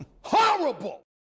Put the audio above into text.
Horrible